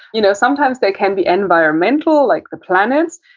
you know, sometimes they can be environmental like the planets,